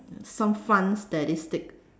some fun statistic